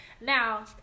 Now